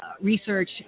Research